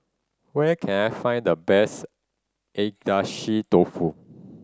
where can I find the best Agedashi Dofu